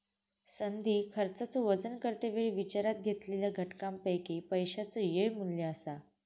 संधी खर्चाचो वजन करते वेळी विचारात घेतलेल्या घटकांपैकी पैशाचो येळ मू्ल्य असा